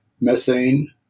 methane